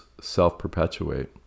self-perpetuate